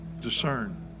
discern